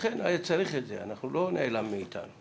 לכן היה צריך את זה, לא נעלם מעינינו,